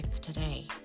Today